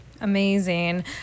Amazing